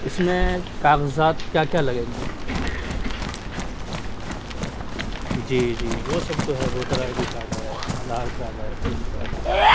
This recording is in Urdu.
اس میں کاغذات کیا کیا لگیں گے جی جی وہ سب تو ہے ووٹر آئی ڈی کارڈ ہے آدھار کارڈ ہے پین کارڈ ہے